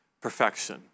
perfection